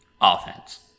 offense